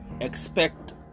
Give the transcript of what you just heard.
expect